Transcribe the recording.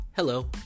Hello